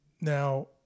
Now